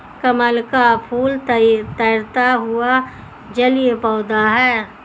कमल का फूल तैरता हुआ जलीय पौधा है